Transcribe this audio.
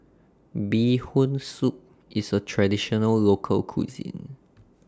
Bee Hoon Soup IS A Traditional Local Cuisine